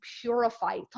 purify